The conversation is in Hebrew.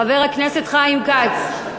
חבר הכנסת חיים כץ,